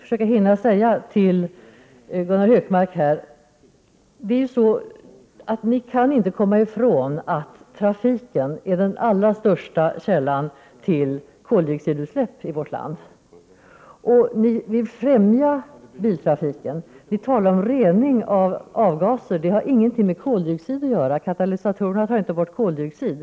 Jag vill till Gunnar Hökmark säga att moderaterna inte kan komma ifrån att trafiken är den allra största källan till koldioxidutsläppen i vårt land. Moderaterna vill främja biltrafiken. Moderaterna talar om rening av avgaser, men det har ingenting med koldioxid att göra. Katalysatorerna tar inte bort koldioxid.